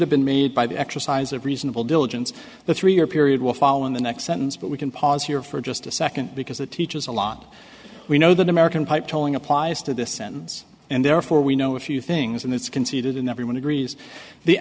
have been made by the exercise of reasonable diligence the three year period will follow in the next sentence but we can pause here for just a second because it teaches a lot we know that american pipe tolling applies to this sentence and therefore we know a few things in this conceited and everyone agrees the